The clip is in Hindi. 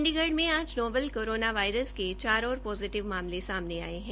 चंडीगढ़ में आज नोवेल कोरोना वायरस के चार और पोजीटिव मामले सामने आये है